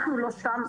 אנחנו לא שם.